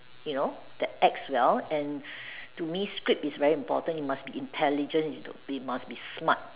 you know that acts well and to me script is very important you must be intelligent you must be smart